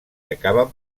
acaben